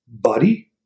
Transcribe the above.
Buddy